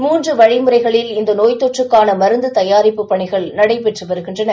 மூன்றுவழிமுறைகளில் இந்தநோய்த்தொற்றுக்கானமருந்துதயாரிப்பு பணிகள் நடைபெற்றுவருகின்றன